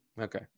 Okay